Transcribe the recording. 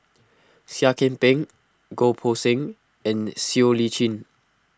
Seah Kian Peng Goh Poh Seng and Siow Lee Chin